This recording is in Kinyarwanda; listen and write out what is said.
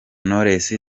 knowless